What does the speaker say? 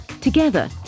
Together